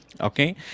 Okay